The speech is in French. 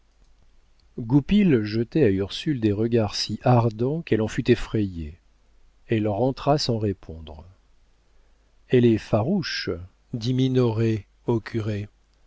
goupil jetait à ursule des regards si ardents qu'elle en fut effrayée elle rentra sans répondre elle est farouche dit minoret au curé